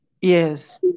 Yes